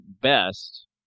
best